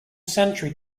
sanitary